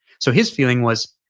so his feeling was,